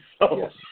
Yes